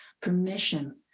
permission